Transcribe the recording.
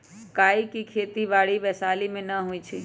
काइ के खेति बाड़ी वैशाली में नऽ होइ छइ